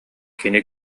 кини